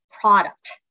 product